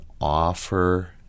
offer